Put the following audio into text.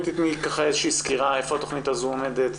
תני איזו שהיא סקירה איפה התכנית הזו עומדת,